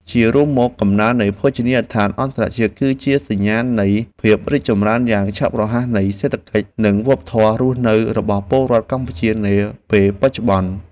ជារួមមក កំណើននៃភោជនីយដ្ឋានអន្តរជាតិ គឺជាសញ្ញាណនៃភាពរីកចម្រើនយ៉ាងឆាប់រហ័សនៃសេដ្ឋកិច្ច និងវប្បធម៌រស់នៅរបស់ពលរដ្ឋកម្ពុជានាពេលបច្ចុប្បន្ន។